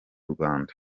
rwanda